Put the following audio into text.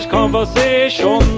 conversation